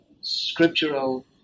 scriptural